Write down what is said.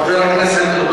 חבר הכנסת,